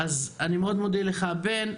אני מאוד מודה לך, בן.